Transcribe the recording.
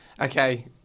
Okay